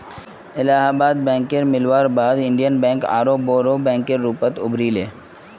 इलाहाबाद बैकेर मिलवार बाद इन्डियन बैंक आरोह बोरो बैंकेर रूपत उभरी ले